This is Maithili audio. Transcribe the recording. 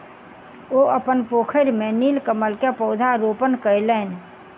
ओ अपन पोखैर में नीलकमल के पौधा रोपण कयलैन